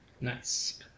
Nice